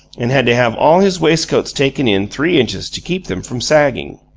and had to have all his waistcoats taken in three inches to keep them from sagging.